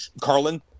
Carlin